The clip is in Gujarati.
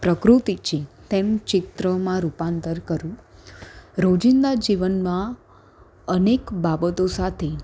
પ્રકૃતિ છે તેનું ચિત્રમાં રૂપાંતર કરું રોજિંદા જીવનમાં અનેક બાબતો સાથે